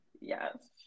yes